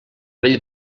vell